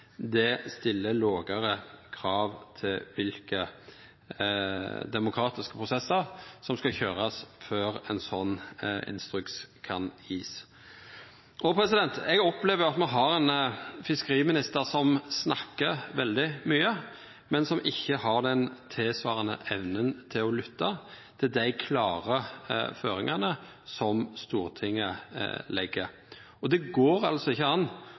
Det stiller lågare krav til kva for demokratiske prosessar som skal køyrast før ein sånn instruks kan gjevast. Eg opplever at me har ein fiskeriminister som snakkar veldig mykje, men som ikkje har den tilsvarande evna til å lytta til dei klare føringane som Stortinget legg. Og det går ikkje an